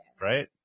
Right